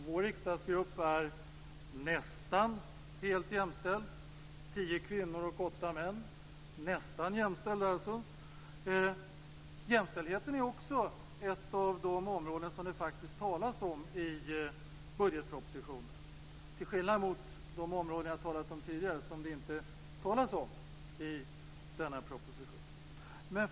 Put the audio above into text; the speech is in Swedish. Vår riksdagsgrupp är nästan helt jämställd. Den består av tio kvinnor och åtta män. Jämställdheten är också ett av de områden som det talas om i budgetpropositionen, till skillnad från de områden som jag talade om tidigare och som inte tas upp i denna proposition.